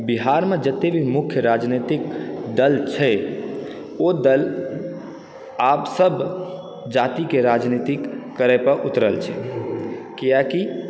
बिहारमे जतेक मुख्य राजनितिक दल छै ओ दल आब सब जातिके राजनीति करै पर उतरल छै कियाकि